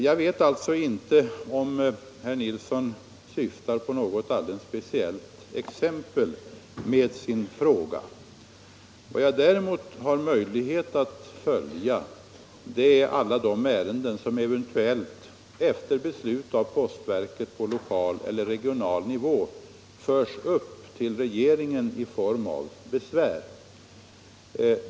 Jag vet alltså inte om herr Nilsson syftar på något alldeles speciellt exempel med sin fråga. Jag har däremot möjlighet att följa alla de ärenden som efter beslut av postverket på lokal eller regional nivå förs upp till regeringen i form av besvär.